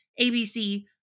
ABC